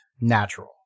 natural